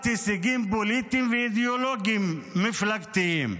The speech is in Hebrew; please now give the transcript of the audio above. הישגים פוליטיים ואידיאולוגיים מפלגתיים.